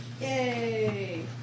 Yay